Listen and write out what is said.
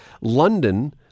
London